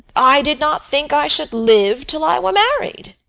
i did not think i should live till i were married.